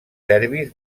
serbis